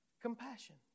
Compassion